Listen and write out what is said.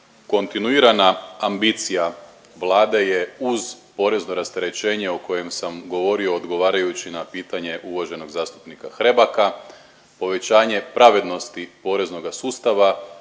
kontinuirana ambicija Vlade je uz porezno rasterećenje o kojem sam govorio odgovarajući na pitanje uvaženog zastupnika Hrebaka, povećanje pravednosti poreznoga sustava